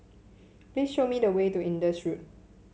please show me the way to Indus Road